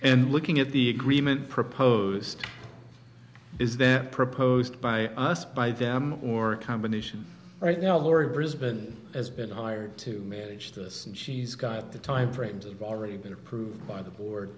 and looking at the agreement proposed is there proposed by us by them or a combination right now the river is been as been hired to manage this and she's got the timeframes of already been approved by the board